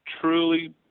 Truly